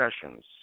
sessions